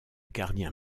gardien